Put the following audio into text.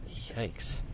yikes